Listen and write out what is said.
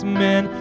men